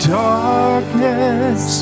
darkness